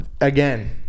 again